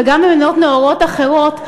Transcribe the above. וגם במדינות נאורות אחרות,